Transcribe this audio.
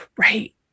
Right